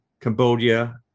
Cambodia